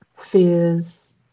fears